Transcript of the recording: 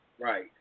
Right